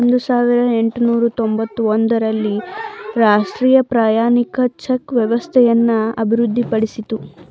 ಒಂದು ಸಾವಿರದ ಎಂಟುನೂರು ತೊಂಬತ್ತ ಒಂದು ರಲ್ಲಿ ಅಂತರಾಷ್ಟ್ರೀಯ ಪ್ರಯಾಣಿಕರ ಚೆಕ್ ವ್ಯವಸ್ಥೆಯನ್ನು ಅಭಿವೃದ್ಧಿಪಡಿಸಿತು